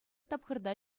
тапхӑрта